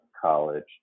college